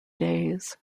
days